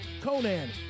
Conan